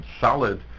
solid